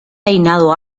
peinado